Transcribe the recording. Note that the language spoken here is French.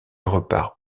repart